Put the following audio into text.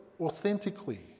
authentically